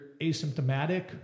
asymptomatic